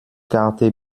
karte